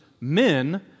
men